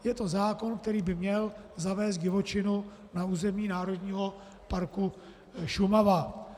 Je to zákon, který by měl zavést divočinu na území Národního parku Šumava.